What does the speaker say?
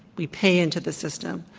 we pay into the system.